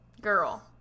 girl